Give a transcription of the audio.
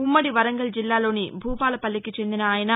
ఉమ్మడి వరంగల్ జిల్లాలోని భూపాలపల్లికి చెందిన అయన